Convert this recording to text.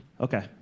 Okay